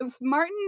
Martin